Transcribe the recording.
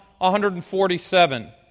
147